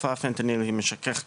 תרופת הפנטניל היא משכך כאבים,